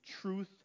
truth